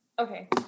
Okay